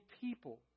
people